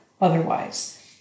otherwise